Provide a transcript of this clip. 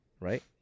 right